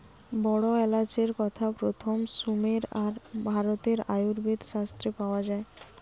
বড় এলাচের কথা প্রথম সুমের আর ভারতের আয়ুর্বেদ শাস্ত্রে পাওয়া যায়